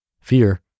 Fear